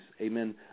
amen